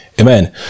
amen